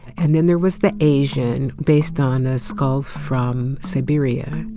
and then there was the asian, based on a skull from siberia,